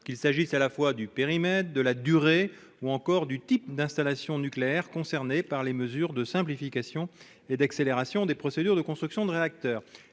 qu'il s'agisse du périmètre, de la durée ou des types d'installation nucléaire concernés par les mesures de simplification et d'accélération des procédures de construction de réacteurs.